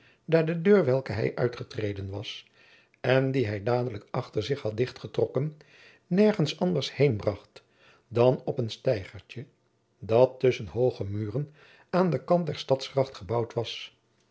daar de deur welke hij uitgetreden was en die hij dadelijk achter zich had dichtgetrokken nergens anders heen bracht dan op een steigertje dat tusschen hooge muren aan den kant der stadsgracht gebouwd was